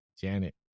Janet